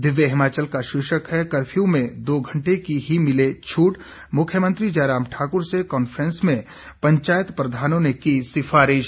दिव्य हिमाचल का शीर्षक है कफ्यू में दो घंटे की ही मिले छूट मुख्यमंत्री जयराम ठाकुर से कॉन्फ्रेंस में पंचायत प्रधानों ने की सिफारिश